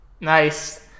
Nice